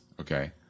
Okay